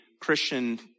Christian